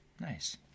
Nice